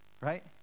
right